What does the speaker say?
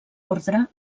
ordre